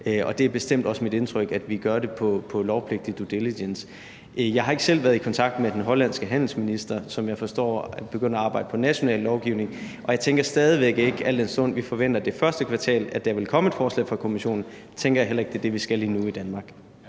og det er bestemt også mit indtryk, at vi gør det i forbindelse med lovpligtig due diligence. Jeg har ikke selv været i kontakt med den hollandske handelsminister, som jeg forstår vil begynde at arbejde på en national lovgivning, og al den stund at vi forventer, at der vil komme et forslag fra Kommissionen det første kvartal, så tænker jeg heller ikke, at det er det, vi skal gøre i Danmark